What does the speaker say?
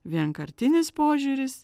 vienkartinis požiūris